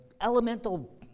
elemental